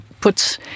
puts